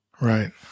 Right